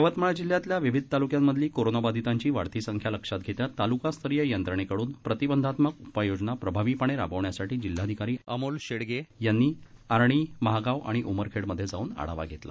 यवतमाळ जिल्ह्यातल्या विविध तालुक्यामधली कोरोनाबाधितांची वाढती संख्या लक्षात घेता तालुकास्तरीय यंत्रणेकडून प्रतिबंधात्मक उपाययोजना प्रभावीपणे राबविण्यासाठी जिल्हाधिकारी अमोल येडगे यांनी आर्णि महागाव आणि उमरखेड मध्ये जाऊन आढावा घेतला